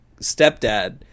stepdad